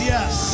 Yes